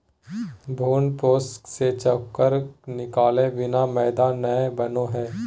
भ्रूणपोष से चोकर निकालय बिना मैदा नय बनो हइ